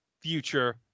future